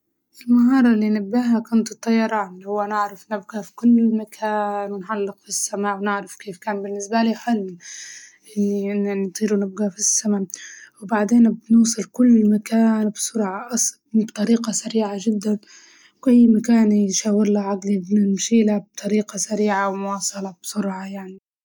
المهارة اللي نباها كنت الطيران، هو نعرف نبقى في كل مكان نحلق في السماء ونعرف كيف كان بالنسبة لي حلم إني يعني نطير ونبقى في السما، وبعدين بنوصل كل مكان بسرعة أسرع وبطريقة سريعة جداً أي مكان يشاورله عقلي نمشيله بطريقة سريعة ومواصلة بسرعة يعني.